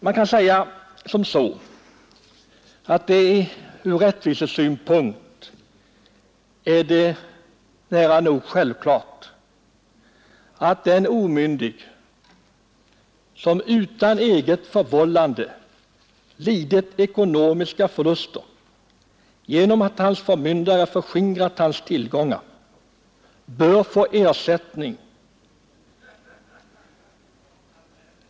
Man kan säga att det ur rättvisesynpunkt är nära nog självklart att en omyndig, som utan eget förvållande lidit ekonomiska förluster genom att hans förmyndare förskingrat hans tillgångar, bör få ersättning.